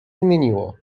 zmieniło